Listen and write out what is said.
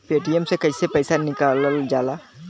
Paytm से कैसे पैसा निकलल जाला?